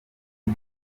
ngo